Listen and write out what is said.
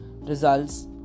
results